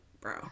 bro